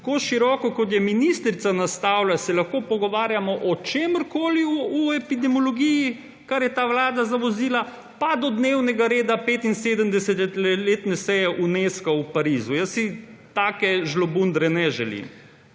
Tako široko, kot je ministrica nastavila, se lahko pogovarjamo o čemerkoli v epidemiologiji, kar je ta vlada zavozila, pa do dnevnega reda 75. letne seje Unesca v Parizu. Jaz si takšne žlabudre ne želim.